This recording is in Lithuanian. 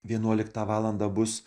vienuoliktą valandą bus